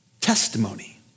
testimony